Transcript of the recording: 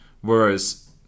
Whereas